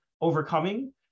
overcoming